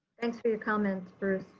and tumminia comments, bruce.